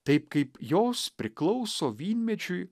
taip kaip jos priklauso vynmedžiui